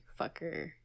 fucker